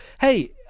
hey